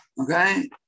okay